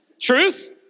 Truth